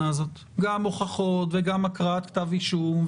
הזאת גם הוכחות וגם הקראת כתב אישום.